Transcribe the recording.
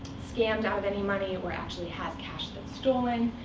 scammed out of any money, or actually has cash that's stolen,